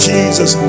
Jesus